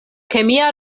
kemia